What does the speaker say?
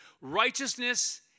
Righteousness